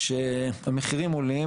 כשהמחירים עולים,